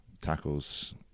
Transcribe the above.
tackles